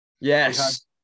yes